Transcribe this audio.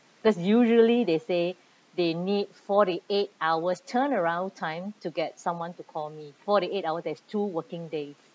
because usually they say they need forty eight hours turnaround time to get someone to call me forty eight hour that's two working days